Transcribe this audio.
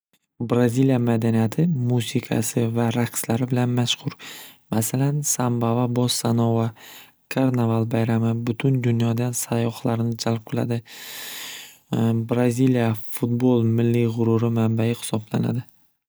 Braziliya madaniyati musiqasi va raqslari bilan mashxur masalan samba va bossanova karnaval bayrami butun dunyodan sayyohlarni jalb qiladi braziliya fudbol milliy g'urur manbayi hisoblanadi.